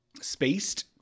Spaced